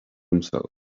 himself